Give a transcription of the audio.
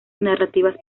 narrativas